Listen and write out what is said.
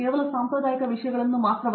ಅರಂದಾಮ ಸಿಂಗ್ ಸಾಂಪ್ರದಾಯಿಕ ವಿಷಯಗಳು ಮಾತ್ರವಲ್ಲ